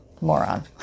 Moron